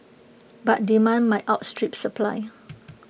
but demand might outstrip supply